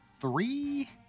three